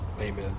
Amen